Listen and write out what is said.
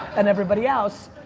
and everybody else,